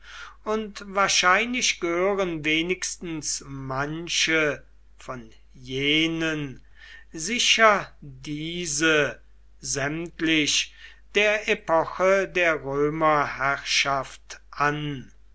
und wahrscheinlich gehören wenigstens manche von jenen sicher diese sämtlich der epoche der römerherrschaft an